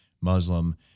Muslim